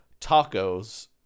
tacos